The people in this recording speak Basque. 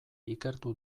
ikertu